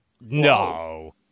No